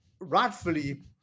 rightfully